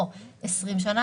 או 20 שנה,